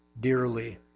dearly